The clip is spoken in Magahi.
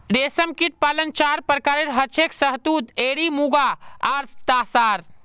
रेशमकीट पालन चार प्रकारेर हछेक शहतूत एरी मुगा आर तासार